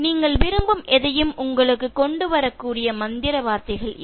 நீங்கள் விரும்பும் எதையும் உங்களுக்குக் கொண்டு வரக்கூடிய மந்திர வார்த்தைகள் இவை